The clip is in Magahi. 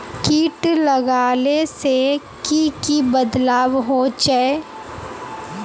किट लगाले से की की बदलाव होचए?